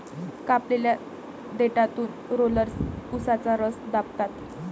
कापलेल्या देठातून रोलर्स उसाचा रस दाबतात